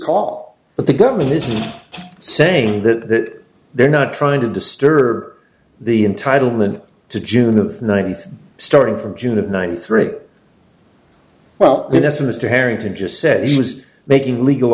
call but the government is saying that they're not trying to disturb the entitlement to june of ninety starting from june of ninety three well that's a mystery harrington just said he was making legal